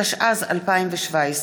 התשע"ז 2017,